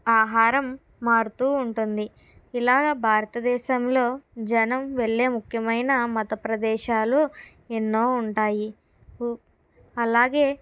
ఆహారం మారుతూ ఉంటుంది ఇలాగ భారతదేశంలో జనం వెళ్ళే ముఖ్యమైన మత ప్రదేశాలు ఎన్నో ఉంటాయి ఉ అలాగే